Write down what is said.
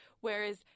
whereas